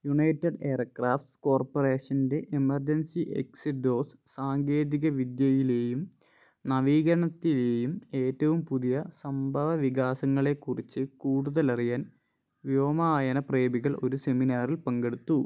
United aircraft കോർപ്പറേഷൻ്റെ emergency exit doors സാങ്കേതികവിദ്യയിലെയും നവീകരണത്തിലെയും ഏറ്റവും പുതിയ സംഭവവികാസങ്ങളെക്കുറിച്ച് കൂടുതലറിയാൻ വ്യോമയാന പ്രേമികൾ ഒരു സെമിനാറിൽ പങ്കെടുത്തു